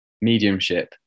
mediumship